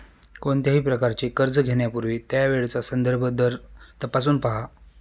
कोणत्याही प्रकारचे कर्ज घेण्यापूर्वी त्यावेळचा संदर्भ दर तपासून पहा